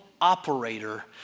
operator